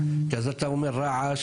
כי אז אתה אומר: רעש,